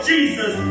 Jesus